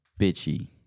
bitchy